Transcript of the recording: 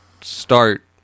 start